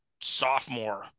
sophomore